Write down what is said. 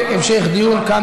להמשך דיון כאן,